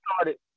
started